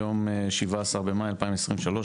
היום 17 במאי 2023,